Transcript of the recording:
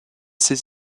ses